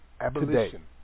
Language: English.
Abolition